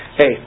Hey